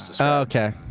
Okay